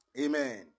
amen